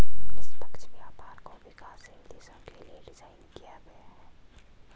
निष्पक्ष व्यापार को विकासशील देशों के लिये डिजाइन किया गया है